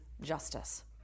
justice